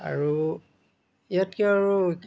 আৰু ইয়াতকৈ আৰু